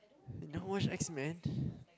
you don't watch X Men